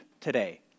today